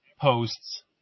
posts